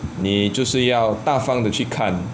你就是要大方的去看